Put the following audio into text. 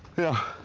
yeah.